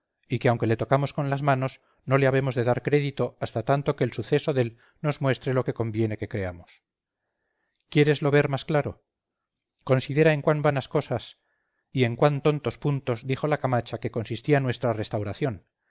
y que aunque le tocamos con las manos no le habemos de dar crédito hasta tanto que el suceso dél nos muestre lo que conviene que creamos quiéreslo ver más claro considera en cuán vanas cosas y en cuán tontos puntos dijo la camacha que consistía nuestra restauración